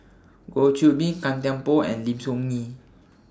Goh Qiu Bin Gan Thiam Poh and Lim Soo Ngee